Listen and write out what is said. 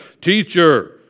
Teacher